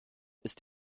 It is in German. ist